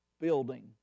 building